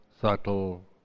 subtle